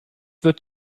wird